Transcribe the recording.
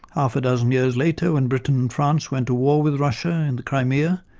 half a dozen years later when britain and france went to war with russia in the crimea,